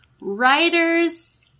Writers